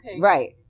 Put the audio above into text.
right